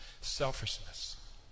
selfishness